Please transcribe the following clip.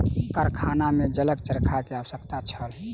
कारखाना में जलक चरखा के आवश्यकता छल